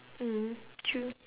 mm true